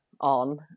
on